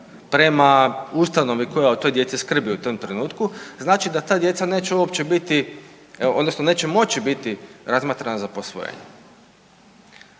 prema ustanovi koja o toj djeci skrbi u tom trenutku znači da ta djeca neće uopće biti, odnosno neće